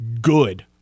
good